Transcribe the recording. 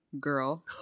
girl